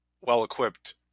well-equipped